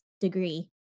degree